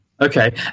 Okay